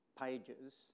pages